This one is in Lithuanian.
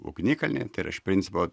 ugnikalniai tai yra iš principo